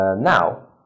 Now